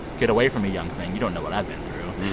get away from me young thing, you don't know what i've been through.